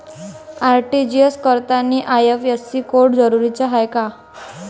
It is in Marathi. आर.टी.जी.एस करतांनी आय.एफ.एस.सी कोड जरुरीचा हाय का?